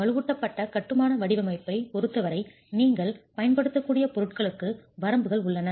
வலுவூட்டப்பட்ட கட்டுமான வடிவமைப்பைப் பொருத்தவரை நீங்கள் பயன்படுத்தக்கூடிய பொருட்களுக்கு வரம்புகள் உள்ளன